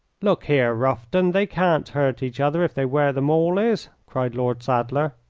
look here, rufton, they can't hurt each other if they wear the mawleys, cried lord sadler.